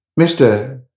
Mr